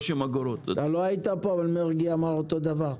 אתה לא היית פה, אבל מרגי אמר אותו דבר.